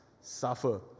suffer